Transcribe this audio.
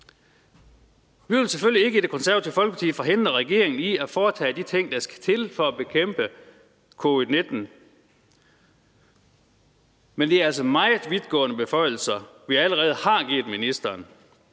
Vi vil selvfølgelig ikke i Det Konservative Folkeparti forhindre regeringen i at foretage de ting, der skal til for at bekæmpe covid-19, men det er altså meget vidtgående beføjelser, vi allerede har givet ministeren.